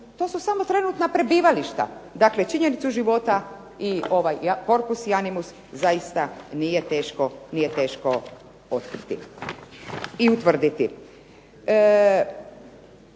To su samo trenutna prebivališta. Dakle, činjenicu života i ovaj korpus i animus zaista nije teško otkriti i utvrditi.